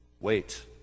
Wait